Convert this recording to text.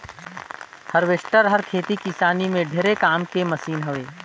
harvester हर खेती किसानी में ढेरे काम के मसीन हवे